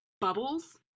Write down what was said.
bubbles